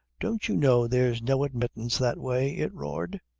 don't you know there's no admittance that way? it roared.